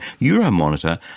Euromonitor